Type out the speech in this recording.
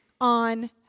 on